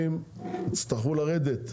והמחירים יצטרכו לרדת,